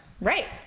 right